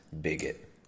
bigot